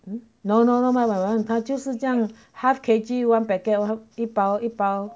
no no no one by one 他就是这样 half K_G one packet how 一包一包